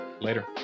Later